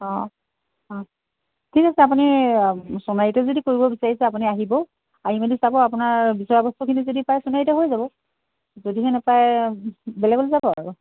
অ অ ঠিক আছে আপুনি সোণাৰীতে যদি কৰিব বিচাৰিছে আপুনি আহিব আহি মেলি চাব আপোনাৰ চোৱা বস্তুখিনি যদি পায় সোণাৰীতে হৈ যাব যদিহে নেপায় বেলেগলৈ যাব আৰু